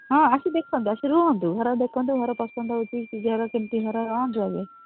ହଁ ଆସି ଦେଖନ୍ତୁ ଆସି ରୁହନ୍ତୁ ଘର ଦେଖନ୍ତୁ ଘର ପସନ୍ଦ ହେଉଛି କି ଘର କେମିତି ଘର ରହନ୍ତୁ ଆଗେ